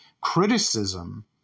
criticism